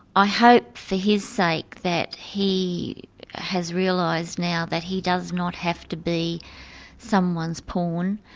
i hope for his sake that he has realised now that he does not have to be someone's pawn,